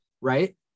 Right